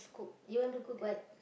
you want to cook what